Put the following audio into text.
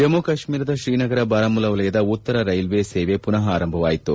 ಜಮ್ನು ಕಾಶ್ಮೀರದ ಶ್ರೀನಗರ ಬಾರಾಮುಲ್ಲಾ ವಲಯದ ಉತ್ತರ ರೈಲ್ವೆ ಸೇವೆ ಪುನಃ ಆರಂಭವಾಯಿತು